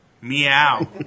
Meow